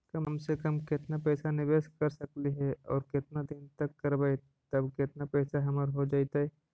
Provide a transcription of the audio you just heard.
कम से कम केतना पैसा निबेस कर सकली हे और केतना दिन तक करबै तब केतना पैसा हमर हो जइतै?